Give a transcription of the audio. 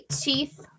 Chief